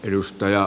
kiitos